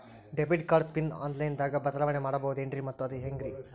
Debit card pin online ದಾಗ ಬದಲಾವಣೆ ಮಾಡಬಹುದೇನ್ರಿ ಮತ್ತು ಅದು ಹೆಂಗ್ರಿ?